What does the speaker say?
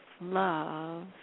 love